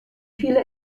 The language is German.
viele